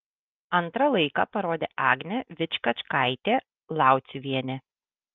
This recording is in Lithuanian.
antrą laiką parodė agnė vičkačkaitė lauciuvienė